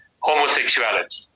homosexuality